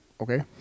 Okay